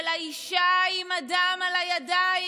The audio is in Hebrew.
של האישה עם הדם על הידיים.